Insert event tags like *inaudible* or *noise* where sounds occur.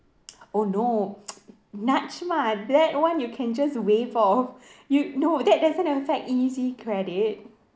oh no nachma that [one] you can just waive off *breath* you no that doesn't affect EasiCredit